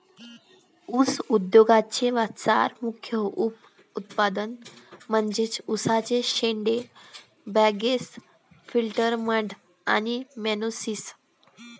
ऊस उद्योगाचे चार मुख्य उप उत्पादने म्हणजे उसाचे शेंडे, बगॅस, फिल्टर मड आणि मोलॅसिस